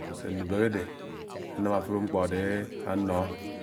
Se núbèhè adé ànám afùlõ mkpọ adé ánọ.